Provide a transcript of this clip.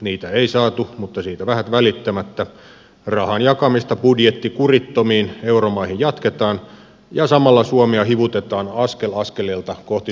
niitä ei saatu mutta siitä vähät välittämättä rahan jakamista budjettikurittomiin euromaihin jatketaan ja samalla suomea hivutetaan askel askeleelta kohti suurempia vastuita